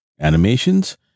animations